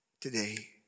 today